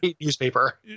newspaper